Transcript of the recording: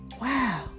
wow